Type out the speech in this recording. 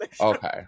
Okay